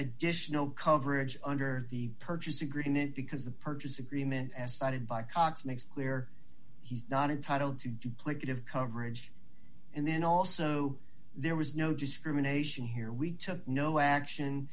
additional coverage under the purchase agreement because the purchase agreement as cited by cox makes clear he's not entitled to duplicative coverage and then also there was no discrimination here we took no action